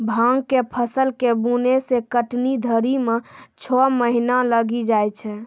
भाँग के फसल के बुनै से कटनी धरी मे छौ महीना लगी जाय छै